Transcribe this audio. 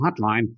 hotline